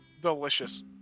Delicious